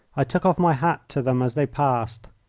i took off my hat to them as they passed.